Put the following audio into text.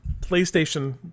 PlayStation